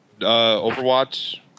Overwatch